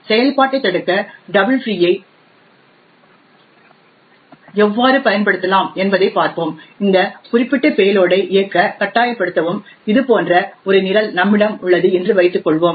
ஆகவே செயல்பட்டை தடுக்க டபுள் ஃப்ரீ ஐ எவ்வாறு பயன்படுத்தலாம் என்பதைப் பார்ப்போம் இந்த குறிப்பிட்ட பேலோடை இயக்க கட்டாயப்படுத்தவும் இது போன்ற ஒரு நிரல் நம்மிடம் உள்ளது என்று வைத்துக் கொள்வோம்